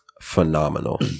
phenomenal